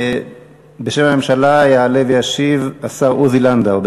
בשם הממשלה יעלה וישיב השר עוזי לנדאו.